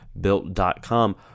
built.com